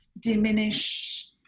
diminish